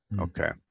Okay